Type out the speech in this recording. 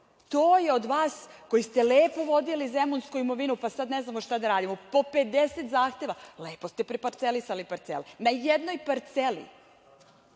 To je od vas koji ste lepo vodili zemunsku imovinu, pa sad ne znamo šta da radimo. Po 50 zahteva. Lepo ste preparcelisali parcele. Na jednoj parceli